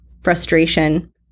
frustration